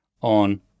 on